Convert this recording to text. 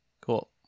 Cool